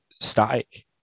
static